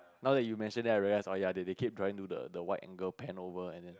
now that you mention then I realise oh ya they they kept trying to do the wide angle pan over and then